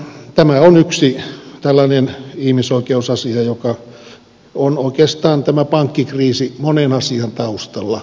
tämä on yksi tällainen ihmisoikeusasia tämä pankkikriisi joka on oikeastaan monen asian taustalla